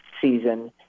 season